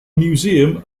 museum